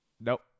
Nope